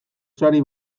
sari